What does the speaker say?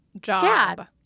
job